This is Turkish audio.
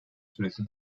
süresi